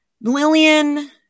Lillian